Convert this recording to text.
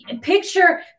picture